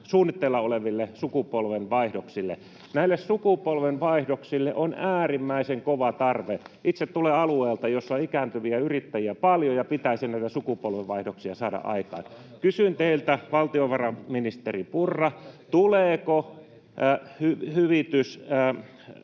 suunnitteilla oleville sukupolvenvaihdoksille. Näille sukupolvenvaihdoksille on äärimmäisen kova tarve. Itse tulen alueelta, jossa ikääntyviä yrittäjiä on paljon ja pitäisi näitä sukupolvenvaihdoksia saada aikaan. Kysyn teiltä, valtiovarainministeri Purra, tuleeko hyvitys